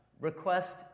request